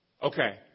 Okay